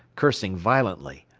cursing violently.